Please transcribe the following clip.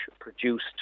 produced